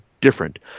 different